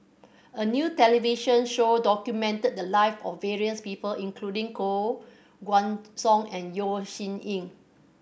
a new television show documented the lives of various people including Koh Guan Song and Yeo Shih Yun